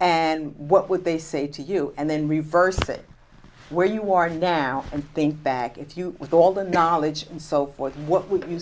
and what would they say to you and then reverse it where you are now and think back if you with all the knowledge and so forth what would you